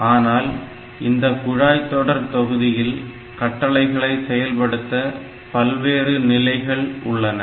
ஆனால் இந்த குழாய்தொடர்தொகுதியில் கட்டளைகளை செயல்படுத்த பல்வேறு நிலைகள் உள்ளன